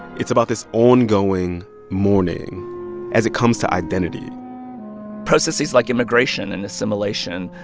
it's about this ongoing mourning as it comes to identity processes like immigration and assimilation,